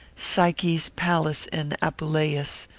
psyche's palace in apuleius,